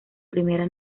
primera